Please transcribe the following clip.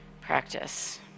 practice